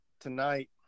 tonight